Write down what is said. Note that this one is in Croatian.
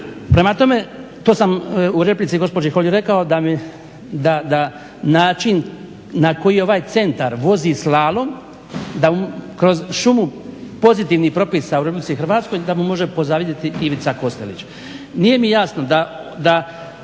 Prema tome, to sam u replici gospođi Holy rekao da način na koji ovaj centar vozi slalom, da kroz šumu pozitivnih propisa u Republici Hrvatskoj da mu može pozavidjeti Ivica Kostelić. Nije mi jasno da